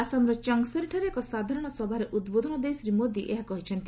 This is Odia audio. ଆସାମର ଚଙ୍ଗସାରୀଠାରେ ଏକ ସାଧାରଣ ସଭାରେ ଉଦ୍ବୋଧନ ଦେଇ ଶ୍ରୀ ମୋଦି ଏହା କହିଛନ୍ତି